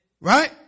Right